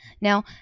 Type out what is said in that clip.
Now